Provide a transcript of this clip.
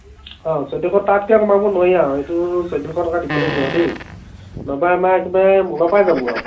অঁ চৈধ্য়শত তাতকৈ কমাব নোৱাৰি আৰু এইটো চৈধ্য়শ টকা দিব লাগিব আৰু দেই ন'হবা আমাৰ একেবাৰে মূলৰপৰাই যাব আৰু